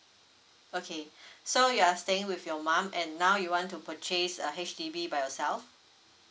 okay so you are staying with your mum and now you want to purchase a H_D_B by yourself